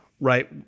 right